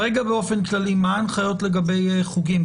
מה הנחיות לגבי חוגים?